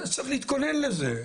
אז צריך להתכונן לזה.